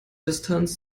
distanz